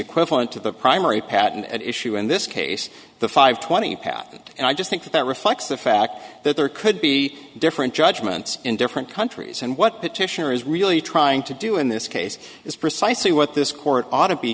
equivalent to the primary patent issue in this case the five twenty patent and i just think that reflects the fact that there could be different judgments in different countries and what petitioner is really trying to do in this case is precisely what this court ought to be